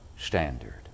Standard